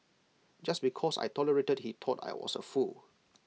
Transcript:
just because I tolerated he thought I was A fool